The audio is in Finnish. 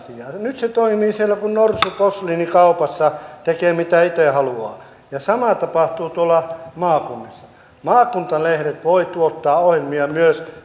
nyt se toimii siellä kuin norsu posliinikaupassa tekee mitä itse haluaa ja sama tapahtuu tuolla maakunnissa maakuntalehdet voivat myös tuottaa ohjelmia